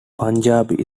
punjabi